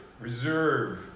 reserve